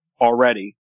already